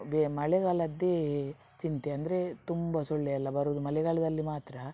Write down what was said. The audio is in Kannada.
ಬೇ ಮಳೆಗಾಲದ್ದೇ ಚಿಂತೆ ಅಂದರೆ ತುಂಬ ಸೊಳ್ಳೆಯೆಲ್ಲ ಬರುವುದು ಮಳೆಗಾಲದಲ್ಲಿ ಮಾತ್ರ